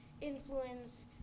influence